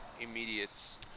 immediate